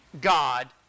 God